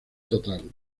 total